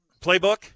playbook